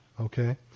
okay